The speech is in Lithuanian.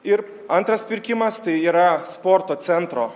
ir antras pirkimas tai yra sporto centro